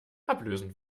ablösen